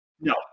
No